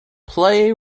play